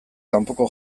kanpoko